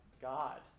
God